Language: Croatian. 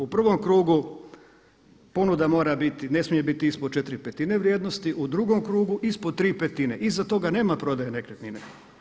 U prvom krugu ponuda mora biti, ne smije biti ispod četiri petine vrijednosti, u drugom krugu ispod tri petine, iza toga nema prodaje nekretnine.